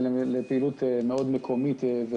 זה לפעילות מאוד מקומית.